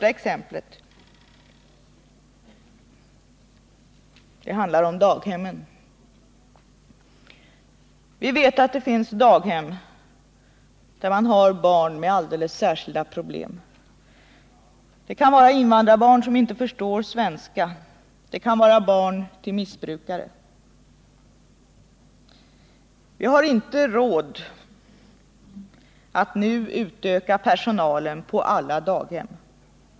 1. Vi vet att det finns daghem där man har barn med alldeles särskilda problem. Det kan vara invandrarbarn som inte förstår svenska, det kan vara barn till missbrukare. Vi har inte råd att nu utöka personalen på alla daghem.